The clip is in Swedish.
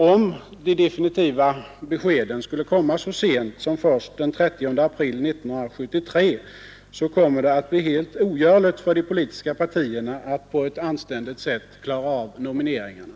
Om de definitiva beskeden skulle Nr 42 komma så sent som den 30 april 1973 blir det helt ogörligt för de Torsdagen den politiska partierna att på ett anständigt sätt klara av nomineringen.